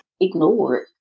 ignored